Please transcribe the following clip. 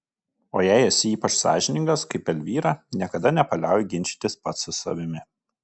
o jei esi ypač sąžiningas kaip elvyra niekada nepaliauji ginčytis pats su savimi